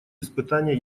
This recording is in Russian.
испытания